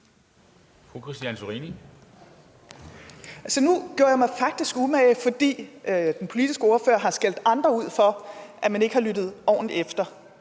Nu gjorde jeg mig faktisk umage, fordi den politiske ordfører har skældt andre ud for, at de ikke har lyttet ordentligt efter.